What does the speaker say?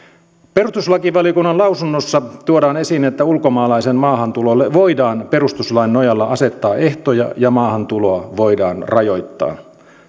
perustuslakivaliokunnan lausunnossa tuodaan esiin että ulkomaalaisen maahantulolle voidaan perustuslain nojalla asettaa ehtoja ja maahantuloa voidaan rajoittaa